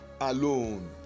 alone